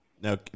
now